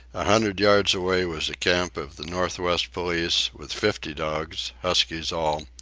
a hundred yards away was a camp of the northwest police, with fifty dogs, huskies all,